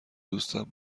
دوستم